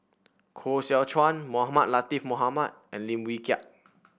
Koh Seow Chuan Mohamed Latiff Mohamed and Lim Wee Kiak